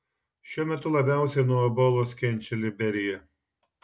šiuo metu labiausiai nuo ebolos kenčia liberija